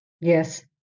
Yes